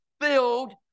filled